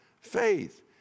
faith